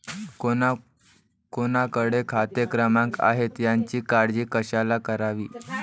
कोणाकडे खाते क्रमांक आहेत याची काळजी कशाला करावी